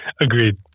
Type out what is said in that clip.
Agreed